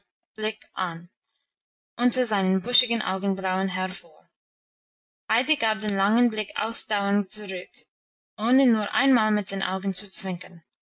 blick an unter seinen buschigen augenbrauen hervor heidi gab den langen blick ausdauernd zurück ohne nur einmal mit den augen zu zwinkern